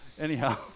anyhow